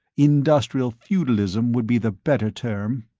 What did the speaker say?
industrial feudalism would be the better term.